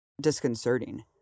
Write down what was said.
disconcerting